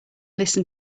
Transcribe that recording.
listen